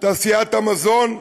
מתעשיית המזון,